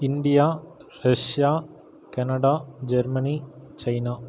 India Russia Canada Germany China